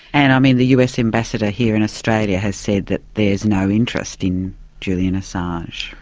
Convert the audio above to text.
and i mean, the us ambassador here in australia has said that there's no interest in julian assange.